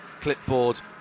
clipboard